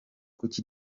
kuki